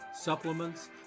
supplements